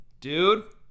Dude